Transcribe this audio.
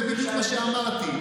זה בדיוק מה שאמרתי.